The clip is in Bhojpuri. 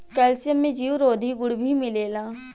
कैल्सियम में जीवरोधी गुण भी मिलेला